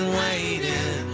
waiting